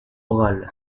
oral